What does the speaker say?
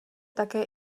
také